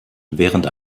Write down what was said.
während